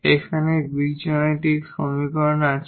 এখানে বীজগাণিতিক সমীকরণ আছে